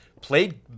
played